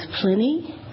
plenty